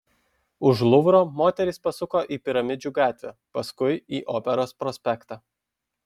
už luvro moterys pasuko į piramidžių gatvę paskui į operos prospektą